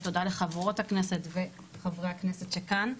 ותודה לחברות הכנסת ולחברי הכנסת שכאן.